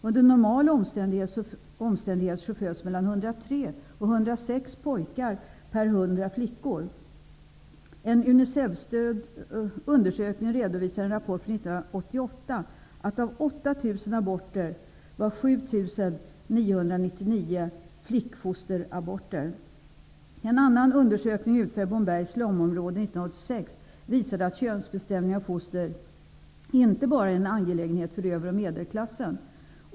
Under normala omständigheter föds mellan 103 visar att könsbestämning av foster inte bara är en angelägenhet för över och medelklassen.